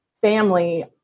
family